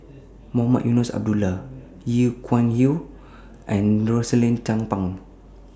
Mohamed Eunos Abdullah Lee Kuan Yew and Rosaline Chan Pang